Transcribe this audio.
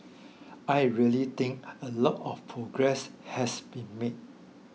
I really think a lot of progress has been made